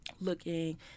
looking